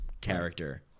character